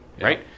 right